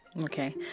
Okay